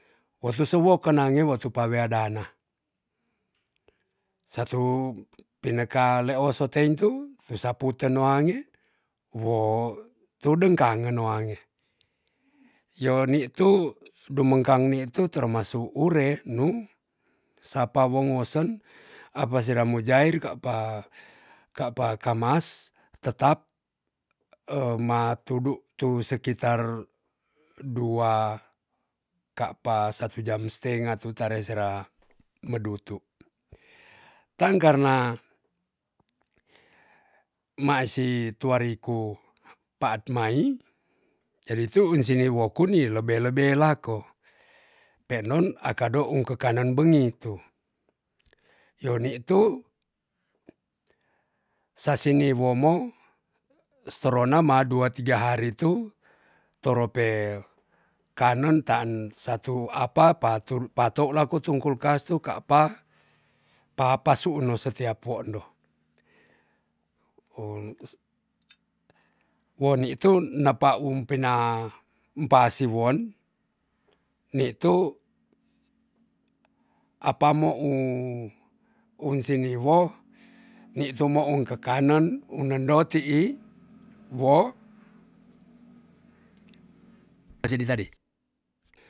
Wotu se woken nange wotu pawea dana satu pineka leos so teintu tu sapute no ange wo tudeng kange no ange yo nitu dumengkang nitu termasu ure nu sapa wongosen apa sera mujair kapa kapa kamas tetap e ma tudu tu sekitar dua kapa satu jam stenga tu tare sera medutu tang karna maisi tuari ku pat mai erin tuun seni woku ni lebe lebe lako penon aka dong ung kekanen bengi tu yo nitu sasini wo mo sitorona ma dua tiga hari tutoro pe kanen taan satu apa pa tou laku tungkul kastu kapa pa pasuun no setia poondo wo nitu napa um pina umpa siwon nitu apa mo ung sini wo nitu mo ung kekanen un nendo tii sadi zedi